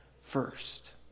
first